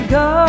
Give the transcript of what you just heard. go